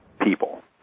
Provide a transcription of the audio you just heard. people